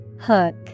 Hook